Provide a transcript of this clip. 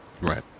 Right